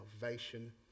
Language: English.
salvation